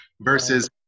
versus